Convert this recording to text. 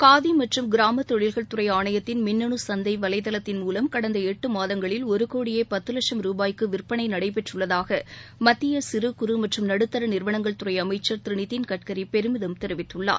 காதி மற்றும் கிராம தொழில்கள் துறை ஆணையத்தின் மின்னனு சந்தை வலைதளத்தின் மூலம் எட்டு மாதங்களில் ஒரு கோடியே பத்து வட்சம் ரூபாய்க்கு விற்பனை நடைபெற்றுள்ளதாக மத்திய சிறு குறு மற்றும் நடுத்தர நிறுவனங்கள் துறை அமைச்சர் திரு நிதின் கட்கரி பெருமிதம் தெரிவித்துள்ளார்